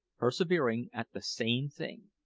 perseveringly, at the same thing.